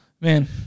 man